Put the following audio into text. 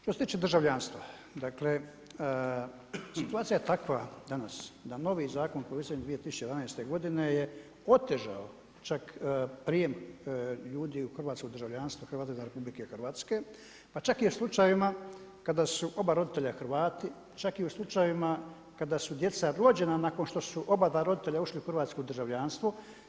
Što se tiče državljanstva, dakle situacija je takva danas da novi zakon koji je donesen 2011. godine je otežao čak prijem ljudi u hrvatsko državljanstvo … pa čak i u slučajevima kada su oba roditelja Hrvati, čak i u slučajevima kada su djeca rođena nakon što su oba dva roditelja ušli u hrvatsko državljanstvo.